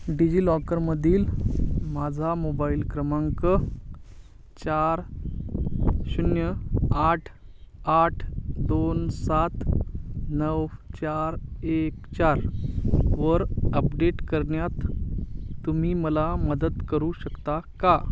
डिजिलॉकरमधील माझा मोबाईल क्रमांक चार शून्य आठ आठ दोन सात नऊ चार एक चार वर अपडेट करण्यात तुम्ही मला मदत करू शकता का